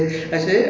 um